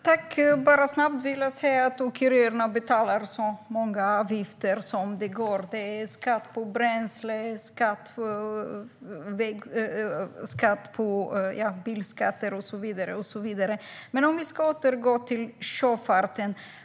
Herr talman! Jag vill snabbt säga att åkerierna betalar så många avgifter som det bara går. Det är skatt på bränsle och bilskatter och så vidare. Vi återgår till sjöfarten.